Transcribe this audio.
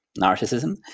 narcissism